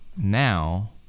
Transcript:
now